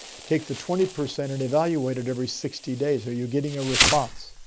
take the twenty percent and evaluate it every sixty days. are you getting a response?